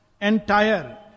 entire